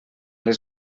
les